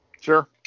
Sure